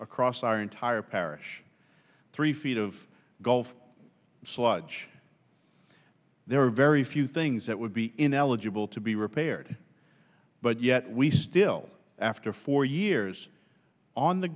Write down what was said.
across our entire parish three feet of gulf sludge there are very few things that would be ineligible to be repaired but yet we still after four years on the